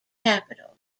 capital